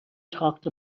talked